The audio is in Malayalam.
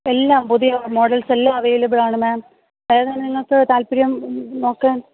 എല്ലാം പുതിയ മോഡല്സ് എല്ലാം അവൈലബിൾ ആണ് മാം ഏതാണ് നിങ്ങൾക്ക് താല്പര്യം മ് മ് നോക്കാന്